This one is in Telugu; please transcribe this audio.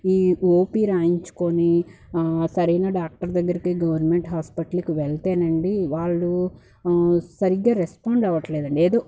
ఈ ఓపి రాయించుకొని సరైన డాక్టర్ దగ్గరికి గవర్నమెంట్ హాస్పిటల్కి వెళ్తేనండి వాళ్ళు సరిగా రెస్పాండ్ అవ్వట్లేదు అండి ఏదో